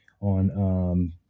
on